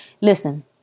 listen